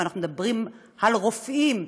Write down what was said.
ואנחנו מדברים על רופאים,